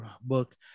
book